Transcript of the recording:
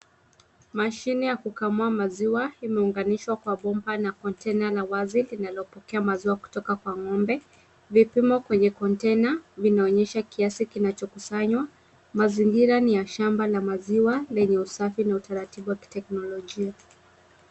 Mashine ya kukamua maziwa imeunganishwa kwa bomba na container la wazi linalopokea maziwa kutoka kwa ng'ombe, vipimo kwenye container vinaonyesha kiasi kinachokusanywa, mazingira ni ya shamba la maziwa lenye usafi na utaratibu wa kiteknolojia.